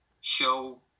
show